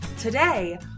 Today